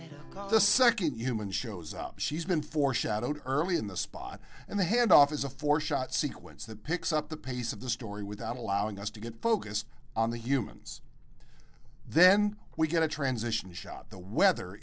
meaning the second human shows up she's been foreshadowed early in the spot and the handoff is a four shot sequence that picks up the pace of the story without allowing us to get focused on the humans then we get a transition shot the weather